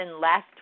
last